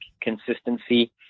consistency